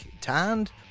tanned